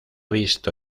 visto